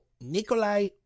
Nikolai